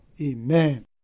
Amen